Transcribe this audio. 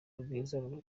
rwiza